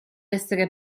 essere